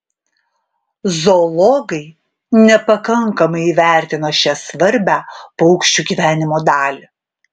zoologai nepakankamai įvertino šią svarbią paukščių gyvenimo dalį